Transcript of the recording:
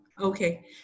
Okay